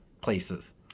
places